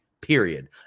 period